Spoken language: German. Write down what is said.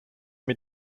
mit